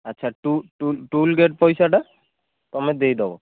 ଆଚ୍ଛା toll gate ପଇସାଟା ତମେ ଦେଇଦେବ